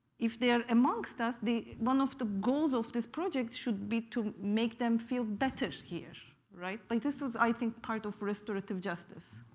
if they are amongst us, one of the goals of this project should be to make them feel better here, right? like this was, i think, part of restorative justice.